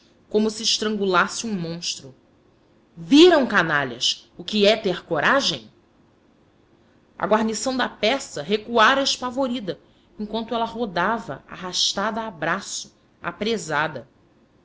como se estrangulasse um monstro viram canalhas o que é ter coragem a guarnição da peça recuara espavorida enquanto ela rodava arrastada a